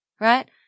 right